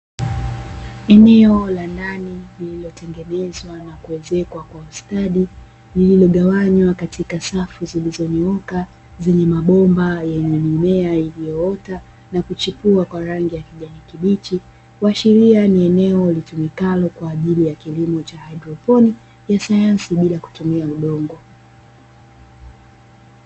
Eneo la ndani lililotengenezwa na kuezekwa kwa ustadi, lililogawanywa katika safu zilizonyooka zenye mabomba yenye mimea iliyoota na kuchipua kwa rangi ya kijani kibichi, kuashiria ni eneo litumikalo kwa ajili ya kilimo cha haidroponi ya sayansi bila kutumia udongo.